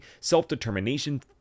self-determination